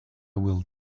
will